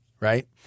Right